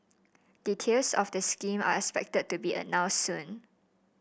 details of the scheme are expected to be announced soon